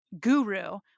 guru